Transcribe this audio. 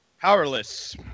Powerless